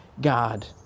God